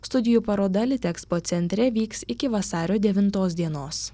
studijų paroda litexpo centre vyks iki vasario devintos dienos